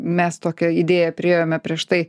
mes tokią idėją priėjome prieš tai